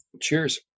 cheers